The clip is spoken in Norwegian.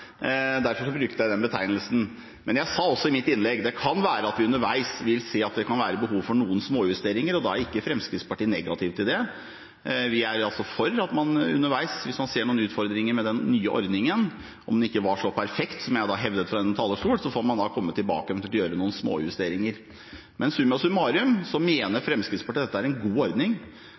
Derfor brukte jeg den betegnelsen. Men jeg sa også i mitt innlegg at det kan være at vi underveis vil se at det kan være behov for noen småjusteringer, og da er ikke Fremskrittspartiet negative til det. Vi er altså for at man underveis, hvis man ser noen utfordringer med den nye ordningen – om den ikke var så perfekt som jeg da hevdet fra denne talerstol – får komme tilbake og eventuelt gjøre noen småjusteringer. Men summa summarum mener Fremskrittspartiet at dette er en god ordning.